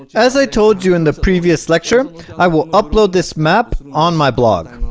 as i told you in the previous lecture i will upload this map on my blog